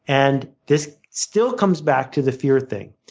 and this still comes back to the fear thing.